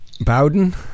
bowden